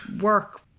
work